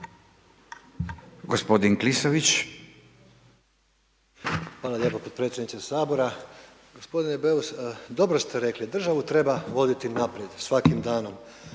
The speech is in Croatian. Hvala